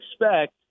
expect